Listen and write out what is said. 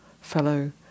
fellow